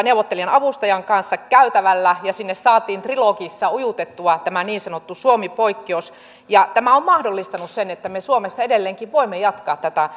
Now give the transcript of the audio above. neuvottelijan avustajan kanssa käytävällä ja sinne saatiin trilogissa ujutettua tämä niin sanottu suomi poikkeus tämä on mahdollistanut sen että me suomessa edelleenkin voimme jatkaa tätä